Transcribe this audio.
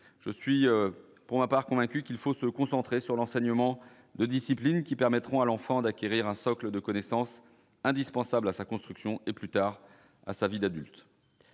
je suis pour ma part convaincu qu'il faut se concentrer sur l'enseignement de discipline qui permettront à l'enfant d'acquérir un socle de connaissances indispensables à sa construction et plus tard à sa vie d'adulte.